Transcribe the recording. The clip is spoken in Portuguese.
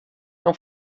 não